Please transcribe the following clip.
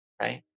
Right